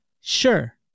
Sure